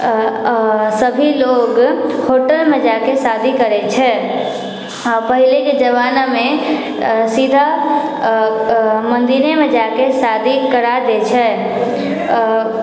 सभी लोग होटल मे जाकर शादी करै छै पहलेके जमानामे सीधा मन्दिरेमे जाकर शादी करा दै छै